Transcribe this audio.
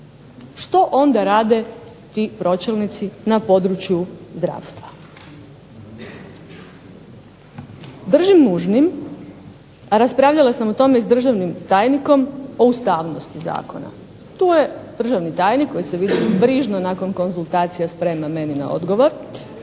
Što onda rade ti pročelnici na području zdravstva? Držim nužnim, raspravljala sam o tome i s državnim tajnikom, o ustavnosti zakona. Tu je državni tajnik koji se vidim brižno nakon konzultacija sprema meni na odgovor,